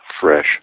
fresh